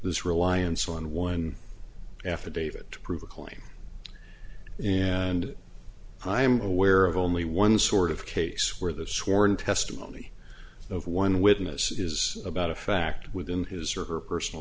this reliance on one affidavit to prove a claim and i am aware of only one sort of case where the sworn testimony of one witness is about a fact within his or her personal